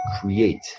create